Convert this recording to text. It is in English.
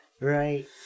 right